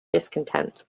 discontent